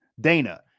Dana